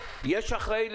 האחריות,